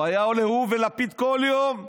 הוא היה עולה, הוא ולפיד, כל יום,